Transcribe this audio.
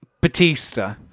Batista